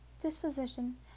disposition